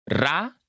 Ra